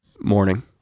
morning